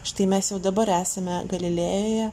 štai mes jau dabar esame galilėjoje